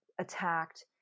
attacked